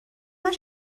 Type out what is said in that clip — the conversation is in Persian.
همش